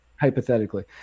hypothetically